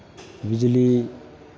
बिजली